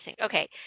Okay